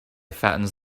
fattens